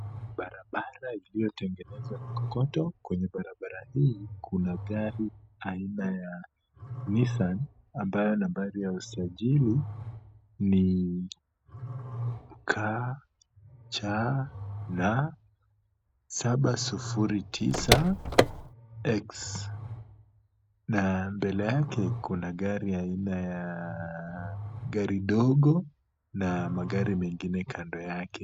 Barabara iliyotengenezwa na kokoto, kwenye barabara hii Kuna gari aina ya Nissan ambayo nambari ya usajili ni KCL 709X na mbele yake Kuna gari aina ya gari dogo na magari mengine kando yake.